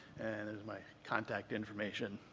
and there's my contact information.